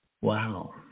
Wow